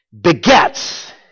begets